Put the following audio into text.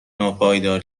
ناپایدار